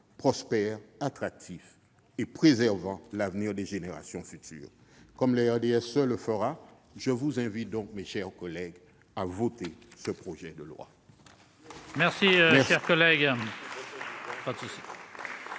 prospère, attractif et préservant l'avenir des générations futures. Comme le RDSE le fera, je vous invite, mes chers collègues, à voter ce projet de loi.